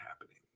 happening